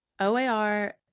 OAR